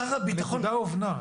שר הביטחון --- הנקודה הובנה.